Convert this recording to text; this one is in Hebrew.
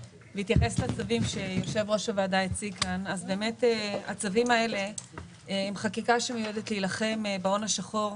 הצווים שיושב ראש הוועדה הציג הם חקיקה שמיועדת להילחם בהון השחור,